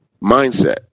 Mindset